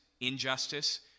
injustice